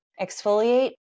Exfoliate